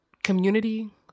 community